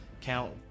count